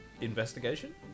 investigation